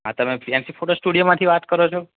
હા તમે fancy photo સ્ટુડિયોમાંથી વાત કરો છો